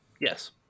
Yes